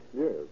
Yes